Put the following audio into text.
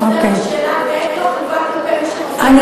בשאלה ואין לה חובה כלפי מי שחוזר בתשובה?